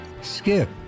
Skip